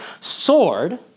sword